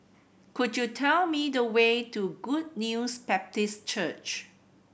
could you tell me the way to Good News Baptist Church